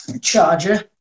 charger